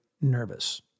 nervous